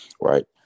right